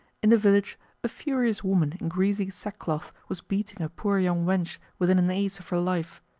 in the village a furious woman in greasy sackcloth was beating a poor young wench within an ace of her life,